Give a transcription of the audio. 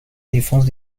défense